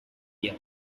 year